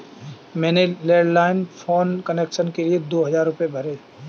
मैंने landline phone connection के लिए दो हजार रुपए भरे